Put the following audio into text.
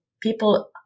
people